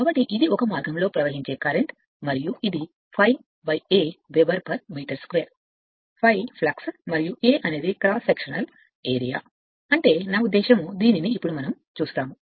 కాబట్టి ఇది ఒక మార్గానికి కరెంట్ అని పిలుస్తుంది మరియు ఇది ∅a మీటర్ 2 వెబెర్ ∅ ఫ్లక్స్ మరియు A అనేది క్రాస్ సెక్షనల్ ఏరియా అంటే నా ఉద్దేశ్యం ఏమిటంటే ఇది మనం చూస్తాము